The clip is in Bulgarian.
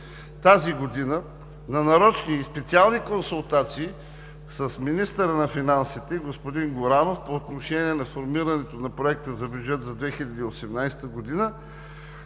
тази година на нарочни и специални консултации с министъра на финансите господин Горанов по отношение на формирането на Проекта за бюджет за 2018 г.,